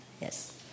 Yes